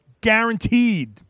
guaranteed